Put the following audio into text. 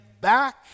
back